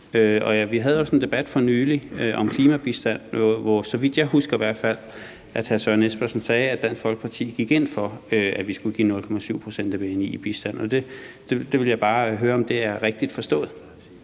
vi havde også en debat for nylig om klimabistand, hvor hr. Søren Espersen, så vidt jeg i hvert fald husker, sagde, at Dansk Folkeparti gik ind for, at vi skulle give 0,7 pct. af bni i bistand. Og det vil jeg bare høre om er rigtigt forstået.